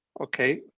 okay